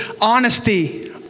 honesty